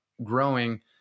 growing